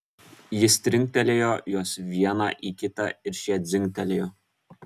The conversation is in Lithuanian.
jis trinktelėjo juos vieną į kitą ir šie dzingtelėjo